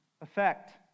Effect